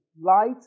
Light